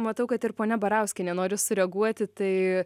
matau kad ir ponia barauskienė nori sureaguoti tai